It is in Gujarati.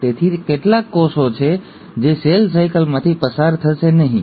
તેથી કેટલાક કોષો છે જે સેલ સાયકલમાંથી પસાર થશે નહીં